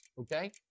Okay